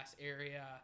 area